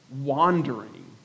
wandering